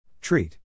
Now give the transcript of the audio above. Treat